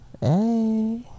hey